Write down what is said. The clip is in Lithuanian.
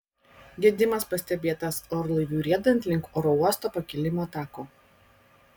gedimas pastebėtas orlaiviui riedant link oro uosto pakilimo tako